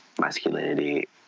masculinity